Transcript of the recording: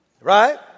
Right